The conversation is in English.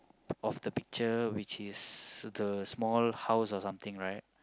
of the picture which is the small house or something right